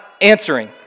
answering